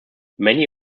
many